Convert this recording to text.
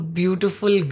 beautiful